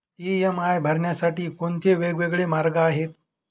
EMI भरण्यासाठी कोणते वेगवेगळे मार्ग आहेत?